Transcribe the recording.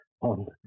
on